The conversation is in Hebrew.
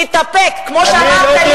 תתאפק, כמו שאמרת לי.